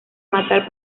matar